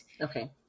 Okay